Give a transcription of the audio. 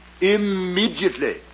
Immediately